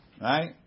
right